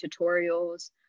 tutorials